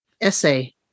essay